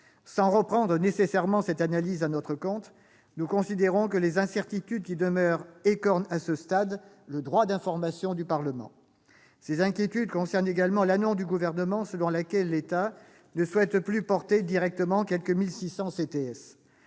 Sans reprendre nécessairement cette analyse à notre compte, nous considérons que les incertitudes qui demeurent écornent, à ce stade, le droit d'information du Parlement. Ces inquiétudes concernent également l'annonce du Gouvernement selon laquelle l'État ne souhaite plus rémunérer directement quelque 1 600 CTS.